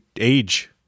age